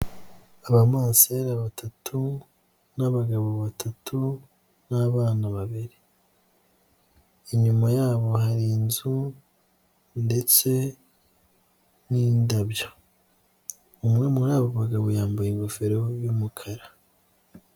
Abamasera batatu n'abagabo batatu n'abana babiri, inyuma yabo hari inzu ndetse n'indabyo, umwe muri abo bagabo yambaye ingofero y'umukara.